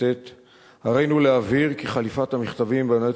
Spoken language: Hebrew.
"הרינו להבהיר כי חליפת המכתבים בין היועץ